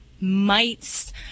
mites